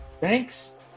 Thanks